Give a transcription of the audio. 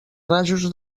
rajos